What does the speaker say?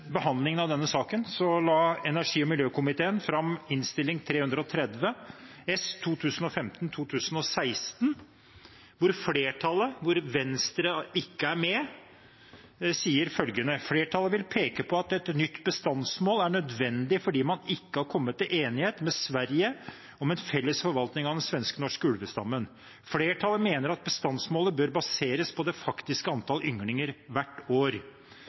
behandlingen av denne saken la energi- og miljøkomiteen fram Innst. 330 S for 2015–2016, der flertallet – der Venstre ikke var med – skrev følgende: «Flertallet vil peke på at et nytt bestandsmål er nødvendig fordi man ikke har kommet til enighet med Sverige om en felles forvaltning av den svensk-norske ulvestammen. Flertallet mener at bestandsmålet bør baseres på det faktiske antallet ynglinger hvert år.»